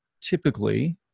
typically